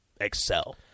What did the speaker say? excel